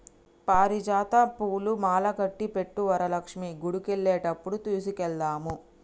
పారిజాత పూలు మాలకట్టి పెట్టు వరలక్ష్మి గుడికెళ్లేటప్పుడు తీసుకెళదాము